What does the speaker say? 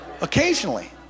occasionally